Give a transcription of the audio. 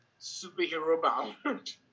superhero-bound